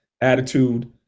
attitude